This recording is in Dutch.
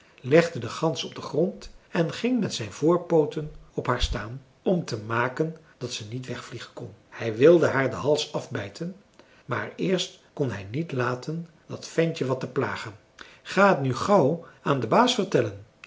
legde de gans op den grond en ging met zijn voorpooten op haar staan om te maken dat ze niet wegvliegen kon hij wilde haar den hals afbijten maar eerst kon hij niet laten dat ventje wat te plagen ga t nu gauw aan den baas vertellen